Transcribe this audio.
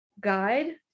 guide